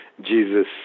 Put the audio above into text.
Jesus